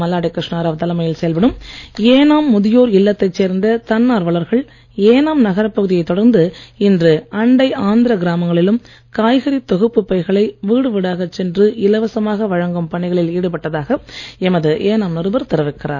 மல்லாடி கிருஷ்ணராவ் தலைமையில் செயல்படும் ஏனாம் முதியோர் இல்லத்தைச் சேர்ந்த தன்னார்வலர்கள் ஏனாம் நகரப் பகுதியை தொடர்ந்து இன்று அண்டை ஆந்திர கிராமங்களிலும் காய்கறி தொகுப்பு பைகளை வீடு வீடாக சென்று இலவசமாக வழங்கும் பணிகளில் ஈடுபட்டதாக எமது ஏனாம் நிருபர் தெரிவிக்கிறார்